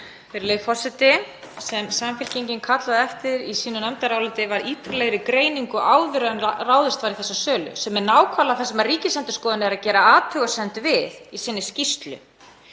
Virðulegi forseti. Það sem Samfylkingin kallaði eftir í sínu nefndaráliti var ítarlegri greining áður en ráðist væri í þessa sölu, sem er nákvæmlega það sem Ríkisendurskoðun gerir athugasemdir við í sinni skýrslu.